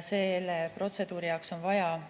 Selle protseduuri jaoks on vaja